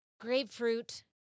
grapefruit